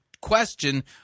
question